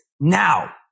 now